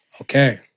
Okay